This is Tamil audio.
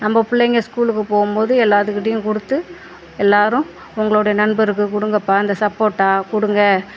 நம்ப பிள்ளைங்கள் ஸ்கூலுக்கு போகும் போது எல்லாத்தூக்கிட்டையும் கொடுத்து எல்லாரும் உங்களுடைய நண்பருக்கு கொடுங்கப்பா அந்த சப்போட்டா கொடுங்க